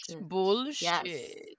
bullshit